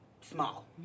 Small